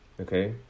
Okay